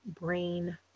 brain